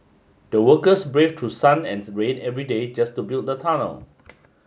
the workers brave to sun and rain every day just to build the tunnel